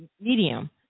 medium